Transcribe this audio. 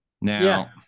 Now